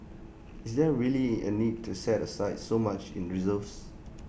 is there really A need to set aside so much in reserves